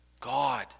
God